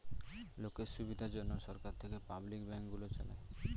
লোকের সুবিধার জন্যে সরকার থেকে পাবলিক ব্যাঙ্ক গুলো চালায়